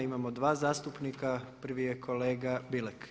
Imamo dva zastupnika, prvi je kolega Bilek.